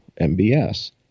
MBS